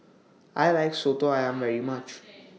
I like Soto Ayam very much